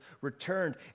returned